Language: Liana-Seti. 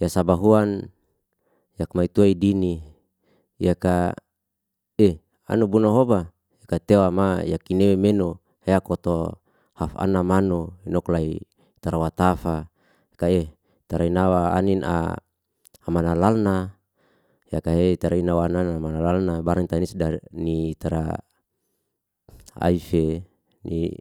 ya sabahoan yak maitua'i dini. Yaka anu buna hoba yak te wama yakin'e menu yak koto hafa ana manu nok lai tar watafa, tari nawa anin amana lalna, yaka he tarina wanana mana lalna barang tanis ni tra aife ni.